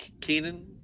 Keenan